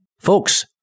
folks